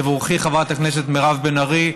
תבורכי, חברת הכנסת מירב בן ארי.